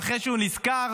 ואחרי שהוא נזכר,